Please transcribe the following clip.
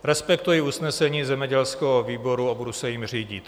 Respektuji usnesení zemědělského výboru a budu se jím řídit.